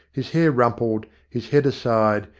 his hair rumpled, his head aside,